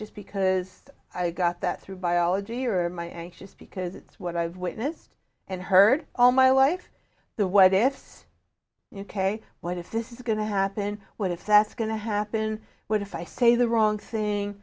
anxious because i got that through biology or my anxious because it's what i've witnessed and heard all my life the way if u k what if this is going to happen what if that's going to happen what if i say the wrong thing